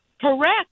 Correct